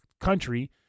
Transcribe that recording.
country